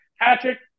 Patrick